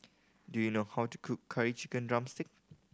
do you know how to cook Curry Chicken drumstick